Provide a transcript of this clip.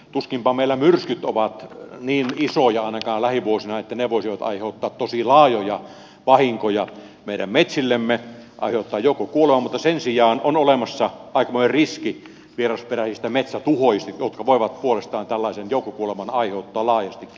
tuskinpa meillä myrskyt ovat niin isoja ainakaan lähivuosina että ne voisivat aiheuttaa tosi laajoja vahinkoja meidän metsillemme aiheuttaa joukkokuolemaa mutta sen sijaan on olemassa aikamoinen riski vierasperäisistä metsätuholaisista jotka voivat puolestaan tällaisen joukkokuoleman aiheuttaa laajastikin